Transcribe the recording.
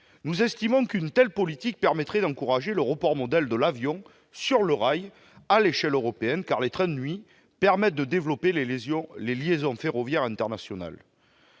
nous, une telle politique permettait d'encourager le report modal de l'avion sur le rail à l'échelle européenne, car les trains de nuit permettent de développer les liaisons ferroviaires internationales.